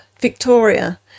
Victoria